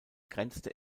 grenzte